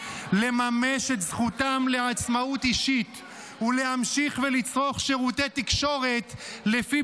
לממש את זכותם לעצמאות אישית ולהמשיך לצרוך שירותי תקשורת לפי